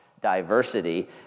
diversity